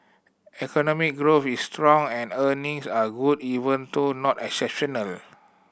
economic growth is strong and earnings are good even though not exceptional